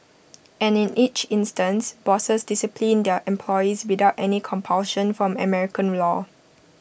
and in each instance bosses disciplined their employees without any compulsion from American law